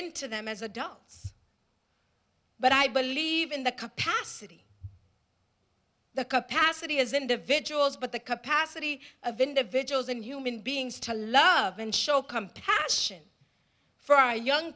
into them as adults but i believe in the capacity the capacity as individuals but the capacity of individuals in human beings to love and show compassion for our young